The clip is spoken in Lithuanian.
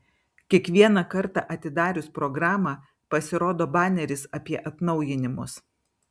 kiekvieną kartą atidarius programą pasirodo baneris apie atnaujinimus